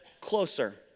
closer